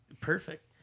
Perfect